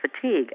fatigue